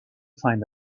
find